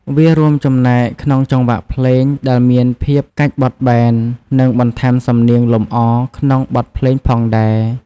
វារួមចំណែកក្នុងចង្វាក់ភ្លេងដែលមានភាពកាច់បត់បែន និងបន្ថែមសំនៀងលម្អក្នុងបទភ្លេងផងដែរ។